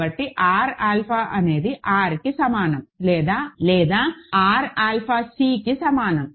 కాబట్టి R alpha అనేది Rకి సమానం లేదా R ఆల్ఫా Cకి సమానం